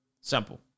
Simple